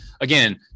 again